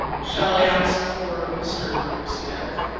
shall i ask for mr. smith?